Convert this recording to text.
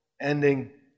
ending